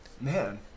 Man